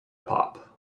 pop